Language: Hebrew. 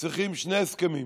צריכים שני הסכמים: